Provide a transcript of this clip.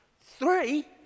Three